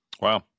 Wow